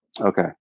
Okay